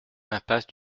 impasse